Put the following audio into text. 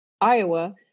Iowa